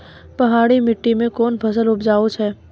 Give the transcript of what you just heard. पहाड़ी मिट्टी मैं कौन फसल उपजाऊ छ?